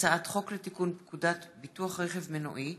הצעת חוק לתיקון פקודת ביטוח רכב מנועי (מס'